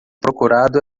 procurado